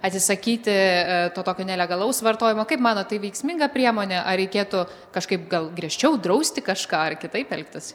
atsisakyti to tokio nelegalaus vartojimo kaip manot tai veiksminga priemonė ar reikėtų kažkaip gal griežčiau drausti kažką ar kitaip elgtis